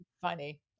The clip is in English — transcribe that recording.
funny